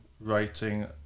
writing